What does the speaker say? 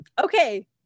okay